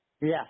Yes